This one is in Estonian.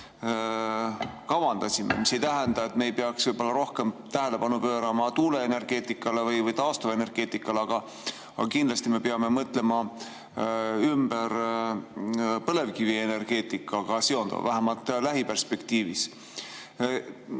kavandasime, ehkki see ei tähenda, et me ei peaks rohkem tähelepanu pöörama tuuleenergeetikale või taastuvenergeetikale, aga kindlasti me peame mõtlema ümber põlevkivienergeetikaga seonduva, vähemalt lähiperspektiivis.